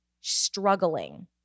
struggling